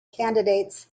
candidates